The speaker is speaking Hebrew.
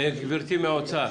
גברתי מהאוצר,